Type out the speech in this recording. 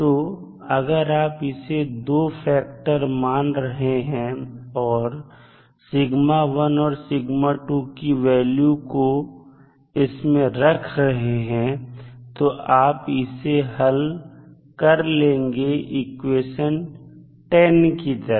तो अगर आप इसे 2 फैक्टर मान रहे हैं और और की वैल्यू को इस में रख रहे हैं तो आप इसे हल कर लेंगे इक्वेशन 10 की तरह